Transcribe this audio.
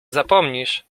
zapominasz